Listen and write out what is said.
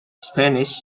spanish